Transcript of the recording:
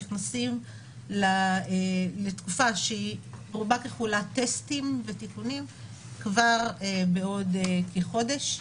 אנחנו נכנסים לתקופה שרובה ככולה טסטים ותיקונים כבר בעוד כחודש,